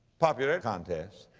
popularity contests.